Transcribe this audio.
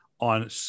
on